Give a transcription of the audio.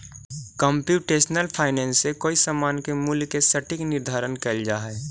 computational finance से कोई समान के मूल्य के सटीक निर्धारण कैल जा हई